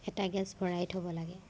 এটা গেছ ভৰাই থ'ব লাগে